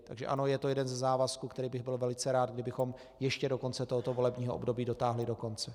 Takže ano, je to jeden ze závazků, který bych byl velice rád, kdybychom ještě do konce tohoto volebního období dotáhli do konce.